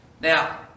Now